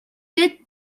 гээд